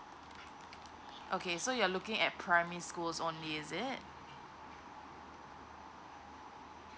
okay so you're looking at primary school only is it